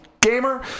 gamer